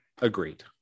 agreed